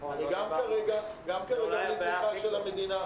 כרגע גם אין לי תמיכה של המדינה,